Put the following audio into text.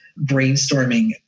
brainstorming